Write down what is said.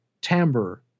timbre